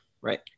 Right